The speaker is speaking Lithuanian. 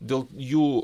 dėl jų